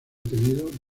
tenido